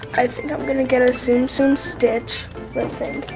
i think i'm gonna get a tsum tsum stitch lip thing.